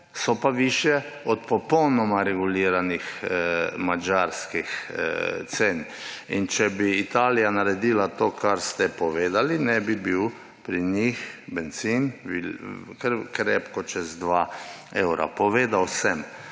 so pa višje od popolnoma reguliranih madžarskih cen. Če bi Italija naredila to, kar ste povedali, pri njih bencin ne bi bil kar krepko čez 2 evra. Povedal sem,